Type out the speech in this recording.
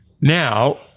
Now